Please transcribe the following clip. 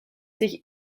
sich